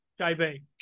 JB